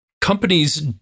companies